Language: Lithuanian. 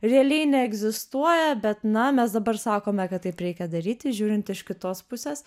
realiai neegzistuoja bet na mes dabar sakome kad taip reikia daryti žiūrint iš kitos pusės